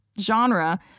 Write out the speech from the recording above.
genre